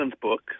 book